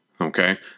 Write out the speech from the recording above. Okay